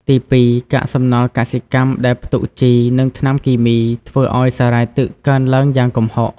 ទីពីរ កាកសំណល់កសិកម្មដែលផ្ទុកជី និងថ្នាំគីមី ធ្វើឱ្យសារ៉ាយទឹកកើនឡើងយ៉ាងគំហុក។